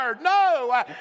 No